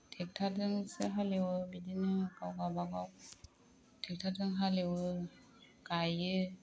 ट्रेक्टरजोंसो हालेवो बिदिनो गाव गावबा गाव ट्रेक्टरजों हालेवो गायो